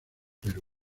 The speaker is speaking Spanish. perú